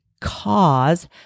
cause